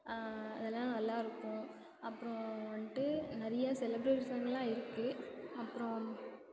அதெல்லாம் நல்லா இருக்கும் அப்றம் வந்துட்டு நிறையா செலிப்ரேஷன்லாம் இருக்குது அப்றம்